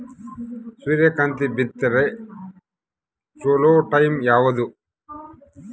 ಸೂರ್ಯಕಾಂತಿ ಬಿತ್ತಕ ಚೋಲೊ ಟೈಂ ಯಾವುದು?